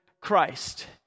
Christ